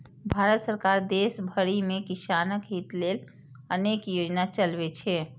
भारत सरकार देश भरि मे किसानक हित लेल अनेक योजना चलबै छै